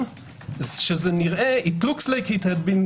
שזה נראה כמו שזה חוקק על-ידי שוטרים